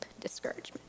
discouragement